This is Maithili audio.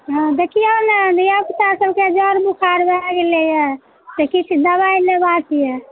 हाँ देखियौ की धिया पुता सब के जर बुखार भय गेलैया सोचै छी दबाइ लेबाक यऽ